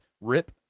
rip